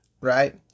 right